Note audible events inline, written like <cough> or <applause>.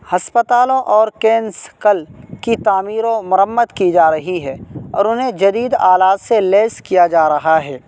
ہسپتالوں اور <unintelligible> کی تعمیر و مرمت کی جا رہی ہے اور انہیں جدید آلات سے لیس کیا جا رہا ہے